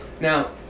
Now